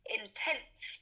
intense